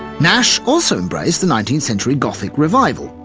nash also embraced the nineteenth century gothic revival,